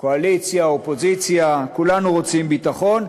קואליציה, אופוזיציה, כולנו רוצים ביטחון.